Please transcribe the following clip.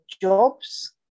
jobs